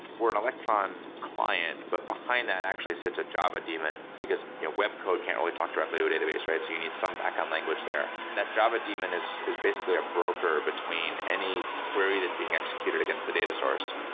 we're an electron client, but behind that actually sits a java deamon, because you know web code can only talk directly to a database, right? so you need some background language there. that java daemon is is basically a broker between any query that's being executed against the data source.